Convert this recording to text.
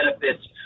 benefits